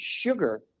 sugar